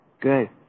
Good